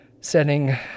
setting